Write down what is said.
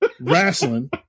Wrestling